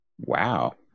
Wow